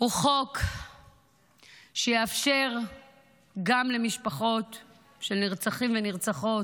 הוא חוק שיאפשר גם למשפחות של נרצחים ונרצחות,